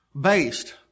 based